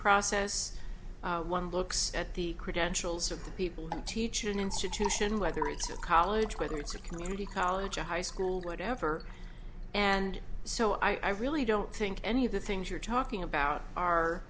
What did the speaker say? process one looks at the credentials of the people and teach an institution whether it's a college whether it's a community college a high school whatever and so i really don't think any of the things you're talking about are